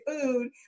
food